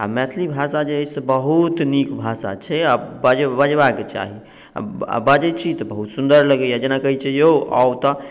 आओर मैथिली भाषा जे अछि से बहुत नीक भाषा छै आओर बजै बजबाके चाही आओर बजै छी तऽ बहुत सुन्दर लगैए जेना कहै छै औ आउ तऽ